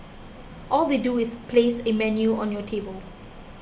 all they do is place a menu on your table